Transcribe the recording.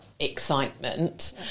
Excitement